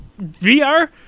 VR